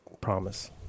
promise